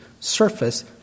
Surface